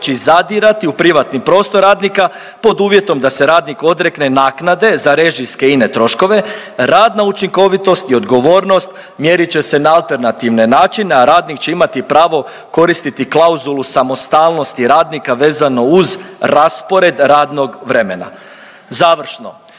zadirati u privatni prostor radnika pod uvjetom da se radnik odrekne naknade za režijske i ine troškove, radna učinkovitost i odgovornost mjerit će se na alternativne načine, a radnik će imati pravo koristiti klauzulu samostalnosti radnika vezano uz raspored radnog vremena. Završno,